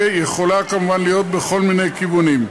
יכולה כמובן להיות בכל מיני כיוונים.